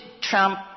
Trump